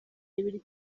nibiri